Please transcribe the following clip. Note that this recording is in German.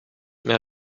mehr